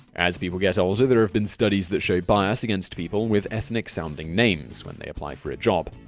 as people get older, there have been studies that show bias against people with ethnic sounding names when they apply for a job.